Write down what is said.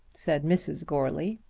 said mrs. goarly.